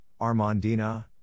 Armandina